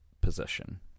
position